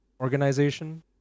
organization